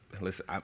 Listen